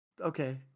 Okay